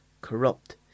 corrupt